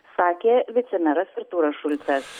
sakė vicemeras artūras šulcas